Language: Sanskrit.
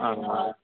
आम्